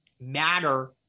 matter